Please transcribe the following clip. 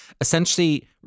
essentially